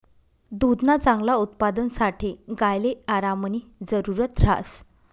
दुधना चांगला उत्पादनसाठे गायले आरामनी जरुरत ह्रास